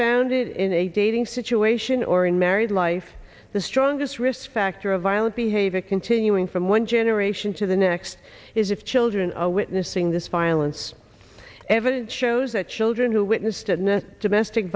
founded in a dating situation or in married life the strongest risk factor of violent behavior continuing from one generation to the next is if children are witnessing this violence evidence shows that children who witnessed and domestic